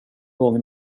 gång